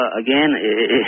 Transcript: again